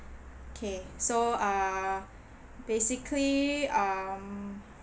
okay so uh basically um